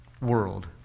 world